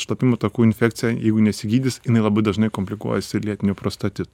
šlapimo takų infekcija jeigu nesigydys jinai labai dažnai komplikuojasi ir lėtiniu prostatitu